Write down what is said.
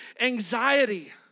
anxiety